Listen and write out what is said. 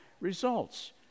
results